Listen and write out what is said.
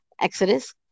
Exodus